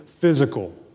physical